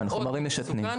כן, חומרים משתנים.